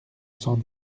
cent